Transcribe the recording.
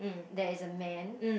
there is a man